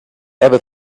ever